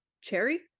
cherry